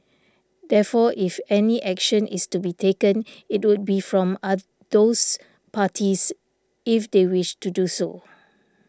therefore if any action is to be taken it would be from other those parties if they wish to do so